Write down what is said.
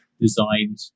designed